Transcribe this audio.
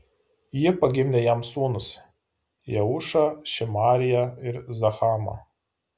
ji pagimdė jam sūnus jeušą šemariją ir zahamą